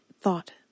thought